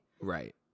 Right